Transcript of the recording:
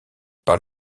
par